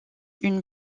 une